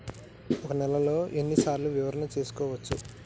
ఒక నెలలో ఎన్ని సార్లు వివరణ చూసుకోవచ్చు?